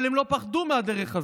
אבל הם לא פחדו מהדרך הזו,